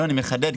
אני מחדד,